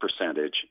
percentage